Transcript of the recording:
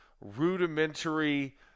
rudimentary